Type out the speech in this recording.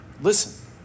listen